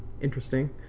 interesting